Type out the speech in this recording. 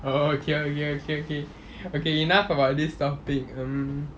okay okay okay okay okay enough about this topic um